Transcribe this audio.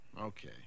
Okay